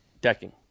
decking